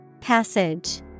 Passage